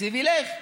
התקציב ילך,